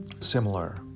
similar